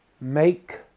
Make